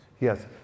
Yes